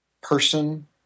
person